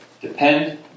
depend